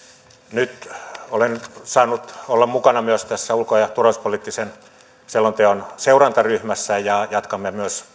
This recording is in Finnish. nyt olen saanut olla mukana myös tässä ulko ja turvallisuuspoliittisen selonteon seurantaryhmässä ja jatkamme myös